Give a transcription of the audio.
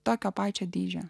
tokio pačio dydžio